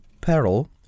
peril